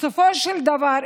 בסופו של דבר,